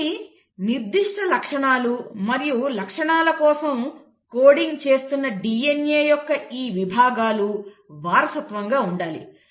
కాబట్టి నిర్దిష్ట లక్షణాలు మరియు లక్షణాల కోసం కోడింగ్ చేస్తున్న DNA యొక్క ఈ విభాగాలు వారసత్వంగా ఉండాలి